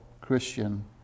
Christian